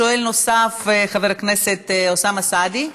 שואל נוסף, חבר הכנסת אוסאמה סעדי.